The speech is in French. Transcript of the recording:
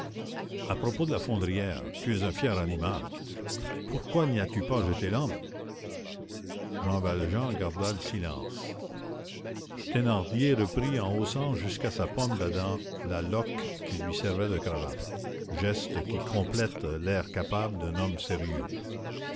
à propos de la fondrière tu es un fier animal pourquoi n'y as-tu pas jeté l'homme jean valjean garda le silence thénardier reprit en haussant jusqu'à sa pomme d'adam la loque qui lui servait de cravate geste qui complète l'air capable d'un homme sérieux